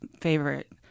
favorite